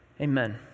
amen